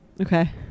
Okay